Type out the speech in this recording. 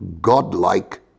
God-like